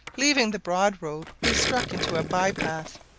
leaving the broad road we struck into a bye-path,